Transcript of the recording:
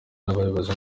n’abayobozi